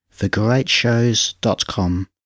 thegreatshows.com